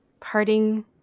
Parting